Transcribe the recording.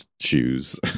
shoes